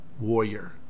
warrior